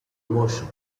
motion